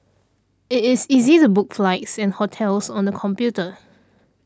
it is easy to book flights and hotels on the computer